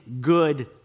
good